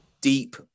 deep